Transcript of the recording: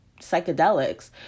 psychedelics